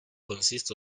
consists